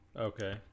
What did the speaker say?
Okay